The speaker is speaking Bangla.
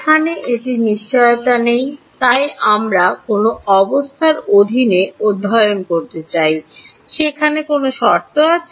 এখানে এটির নিশ্চয়তা নেই তাই আমরা কোন অবস্থার অধীনে অধ্যয়ন করতে চাই সেখানে কোনও শর্ত আছে